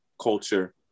culture